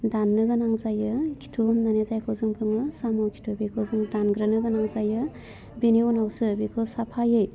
दान्नो गोनां जायो खिथु होन्नानै जायखौ जों बुङो साम' खिथु बेखौ जों दानग्रोनो गोनां जायो बिनि उनावसो बेखौ साफायै